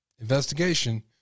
investigation